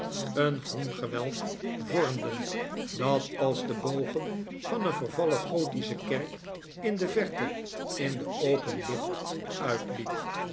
een groeii gewelf vormden dat als de bogen van een vervallen gothische kerk in de verte in de open lucht uitliep